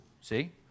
see